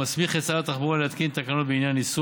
המסמיך את שר התחבורה להתקין תקנות בעניין איסור